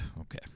Okay